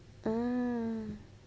mm